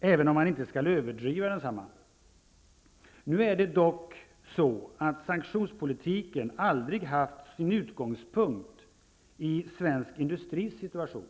även om man inte skall överdriva den risken. Men sanktionspolitiken har aldrig haft sin utgångspunkt i svensk industris situation.